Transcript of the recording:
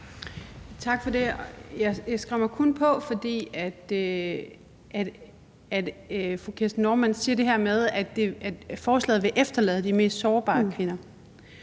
Tak for det. Jeg skrev mig kun på, fordi fru Kirsten Normann Andersen siger det her med, at forslaget vil efterlade de mest sårbare kvinder,